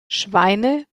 schweine